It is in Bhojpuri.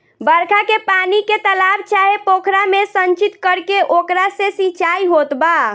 बरखा के पानी के तालाब चाहे पोखरा में संचित करके ओकरा से सिंचाई होत बा